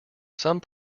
some